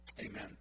amen